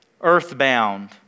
earthbound